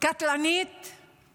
קטלנית